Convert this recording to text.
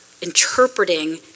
interpreting